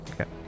Okay